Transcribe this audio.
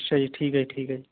ਅੱਛਾ ਜੀ ਠੀਕ ਹੈ ਜੀ ਠੀਕ ਹੈ